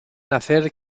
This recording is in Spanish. nacer